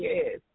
Yes